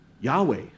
Yahweh